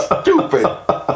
stupid